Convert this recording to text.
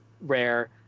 rare